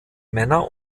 männer